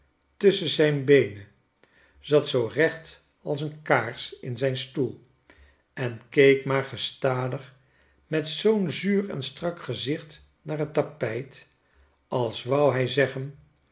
tusschen zijn beenen zat zoo recht als een kaars in zijn stoel en keek maar gestadig met zoo'n zuur en strak gezicht naar t tapijt als wou hij zeggen